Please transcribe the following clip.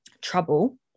trouble